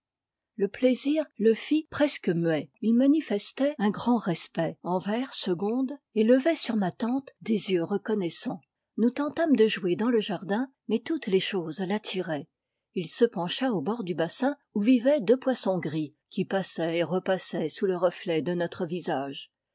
le plaisir le fit presque muet il manifestait un grand respect envers segonde et levait sur ma tante des yeux reconnaissants nous tentâmes de jouer dans le jardin mais toutes les choses l'attiraient il se pencha au bord du bassin où vivaient deux poissons gris qui passaient et repassaient sous le reflet de notre visage